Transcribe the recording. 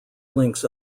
links